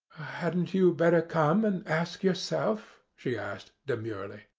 hadn't you better come and ask yourself? she asked, demurely.